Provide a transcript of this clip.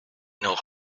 nous